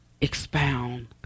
expound